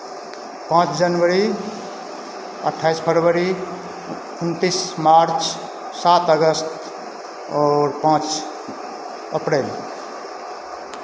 पाँच जनवरी अट्ठाईस फरवरी उनतीस मार्च सात अगस्त और पाँच अप्रैल